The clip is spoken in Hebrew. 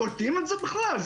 קולטים את זה בכלל?